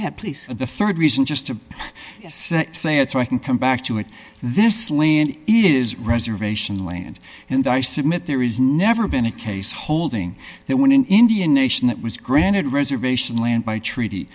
ahead please the rd reason just to say it so i can come back to it this land it is reservation land and i submit there is never been a case holding that when an indian nation that was granted reservation land by treaty